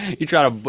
you try to.